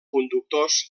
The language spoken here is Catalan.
conductors